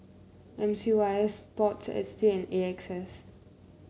M C Y S sports S G and A X S